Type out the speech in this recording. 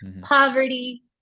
poverty